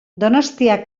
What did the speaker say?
donostia